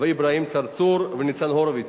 אברהים צרצור וניצן הורוביץ.